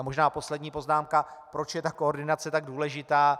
Možná poslední poznámka, proč je ta koordinace tak důležitá.